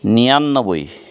নিৰান্নব্বৈ